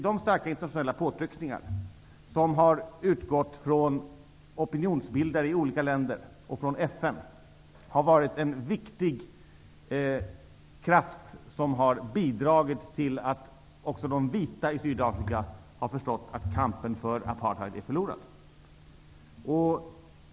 De starka internationella påtryckningar som har utgått från opinionsbildare i olika länder och från FN har varit en viktig kraft som har bidragit till att också de vita i Sydafrika har förstått att deras kamp för apartheid är förlorad.